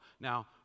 Now